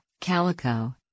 Calico